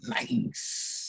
Nice